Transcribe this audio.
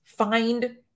Find